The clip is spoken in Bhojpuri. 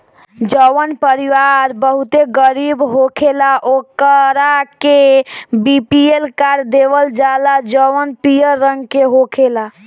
जवन परिवार बहुते गरीब होखेला ओकरा के बी.पी.एल कार्ड देवल जाला जवन पियर रंग के होखेला